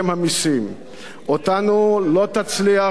אותנו לא תצליח לקנות בתפקידים.